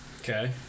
Okay